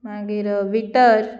मागीर विटर